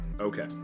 Okay